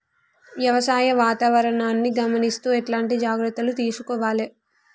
వ్యవసాయ వాతావరణాన్ని గమనిస్తూ ఎట్లాంటి జాగ్రత్తలు తీసుకోవాలే?